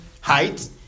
height